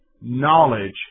knowledge